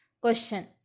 Question